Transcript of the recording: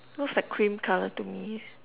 looks like cream colour to me